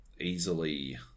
easily